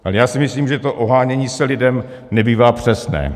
Ale já si myslím, že to ohánění se lidem nebývá přesné.